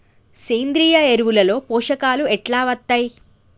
సేంద్రీయ ఎరువుల లో పోషకాలు ఎట్లా వత్తయ్?